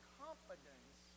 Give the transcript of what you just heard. confidence